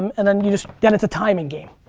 and then you just, then it's a timing game.